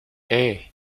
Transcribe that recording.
hey